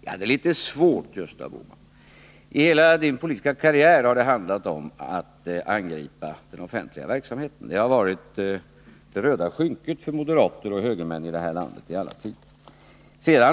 Ja, det är litet svårt. I Gösta Bohmans politiska karriär har det hela tiden handlat om att angripa den offentliga verksamheten. Den har varit det röda skynket för moderater och högermän i det här landet i alla tider.